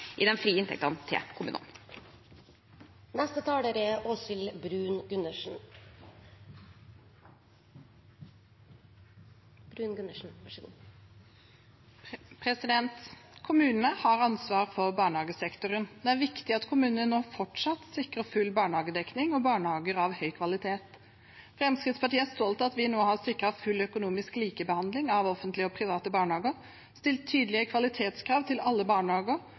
for dem – at det er Høyre som sitter i regjering, og at vi har sørget for en god vekst i de frie inntektene til kommunene. Kommunene har ansvar for barnehagesektoren. Det er viktig at kommunene fortsatt sikrer full barnehagedekning og barnehager av høy kvalitet. Vi i Fremskrittspartiet er stolte av at vi nå har sikret full økonomisk likebehandling av offentlige og private barnehager, stilt tydelige kvalitetskrav til alle